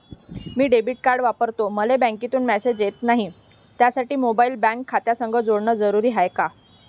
मी debit card वापरतो मले बँकेतून मॅसेज येत नाही, त्यासाठी मोबाईल बँक खात्यासंग जोडनं जरुरी हाय का?